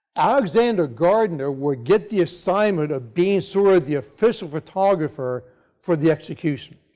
alexander gardner will get the assignment of being sort of the official photographer for the execution.